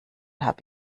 habe